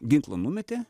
ginklą numetė